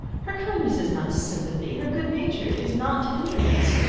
her kindness is not sympathy her good-nature is not tenderness.